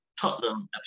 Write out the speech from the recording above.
Tottenham